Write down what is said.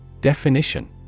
Definition